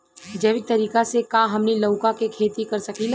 जैविक तरीका से का हमनी लउका के खेती कर सकीला?